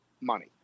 money